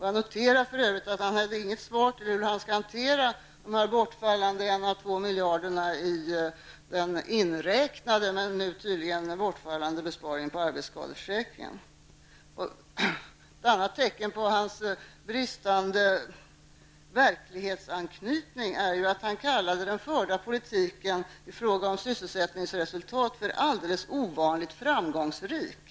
Jag noterar för övrigt att Hans Gustafsson inte hade något svar på frågan hur han skall hantera de 1 à 2 miljarderna i den inräknade men nu tydligen bortfallande besparingen på arbetsskadeförsäkringen. Ett annat tecken på hans bristande verklighetsanknytning är att han kallade den förda politiken i fråga om sysselsättningsresultat för alldeles ovanligt framgångsrik.